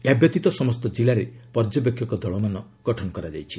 ଏହାବ୍ୟତୀତ ସମସ୍ତ ଜିଲ୍ଲାରେ ପର୍ଯ୍ୟବେକ୍ଷକ ଦଳମାନ ଗଠନ କରାଯାଇଛି